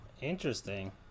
interesting